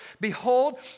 Behold